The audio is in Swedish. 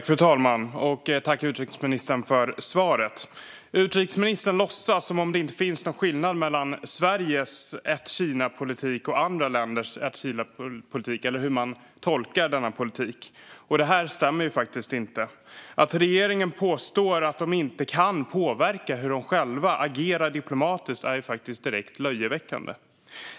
Fru talman! Tack, utrikesministern, för svaret! Utrikesministern låtsas som om det inte finns någon skillnad mellan Sveriges ett-Kina-politik och andra länders ett-Kina-politik eller hur man tolkar denna politik. Detta stämmer inte. Att regeringen påstår att man inte kan påverka hur man själv agerar diplomatiskt är direkt löjeväckande.